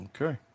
Okay